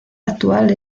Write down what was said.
actual